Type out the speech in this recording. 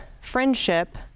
friendship